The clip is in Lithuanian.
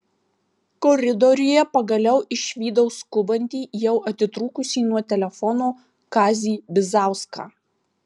koridoriuje pagaliau išvydau skubantį jau atitrūkusį nuo telefono kazį bizauską